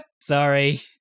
Sorry